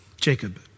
Jacob